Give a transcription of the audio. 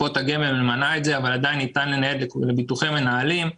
את זה מקופות הגמל אבלן עדיין ניתן לנייד לביטוחי מנהלים,